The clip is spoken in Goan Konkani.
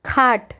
खाट